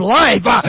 life